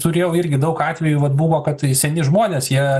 turėjau irgi daug atvejų vat buvo kad seni žmonės jie